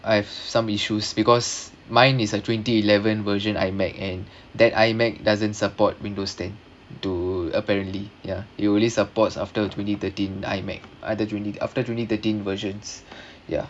I have some issues because mine is a twenty eleven version iMac and that iMac doesn't support window ten too apparently ya it only supports after twenty thirteen iMac after you need after you need twenty thirteen versions ya